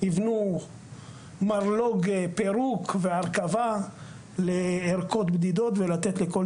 יבנו מרלו"ג פירוק והרכבה לערכות בדידות ולתת לכל